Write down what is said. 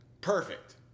Perfect